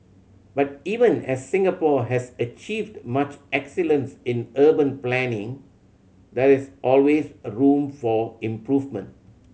but even as Singapore has achieved much excellence in urban planning there is always a room for improvement